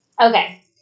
Okay